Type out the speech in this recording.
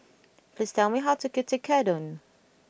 please tell me how to cook Tekkadon